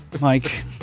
Mike